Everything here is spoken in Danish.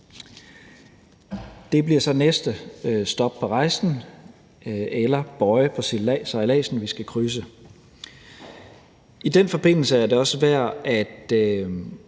Det bliver så næste stop på rejsen – eller bøje for sejladsen – vi skal krydse. I den forbindelse er det også værd at